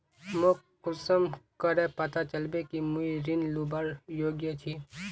मोक कुंसम करे पता चलबे कि मुई ऋण लुबार योग्य छी?